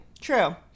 True